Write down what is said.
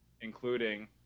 including